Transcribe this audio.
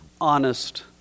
honest